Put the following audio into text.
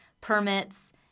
permits